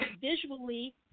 visually